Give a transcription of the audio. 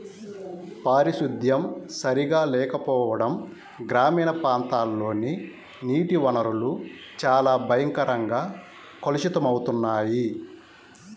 పారిశుద్ధ్యం సరిగా లేకపోవడం గ్రామీణ ప్రాంతాల్లోని నీటి వనరులు చాలా భయంకరంగా కలుషితమవుతున్నాయి